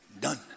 Done